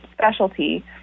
specialty